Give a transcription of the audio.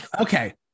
Okay